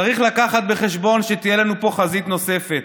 צריך להביא בחשבון שתהיה לנו פה חזית נוספת,